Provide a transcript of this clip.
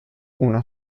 una